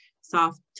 soft